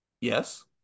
Yes